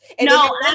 No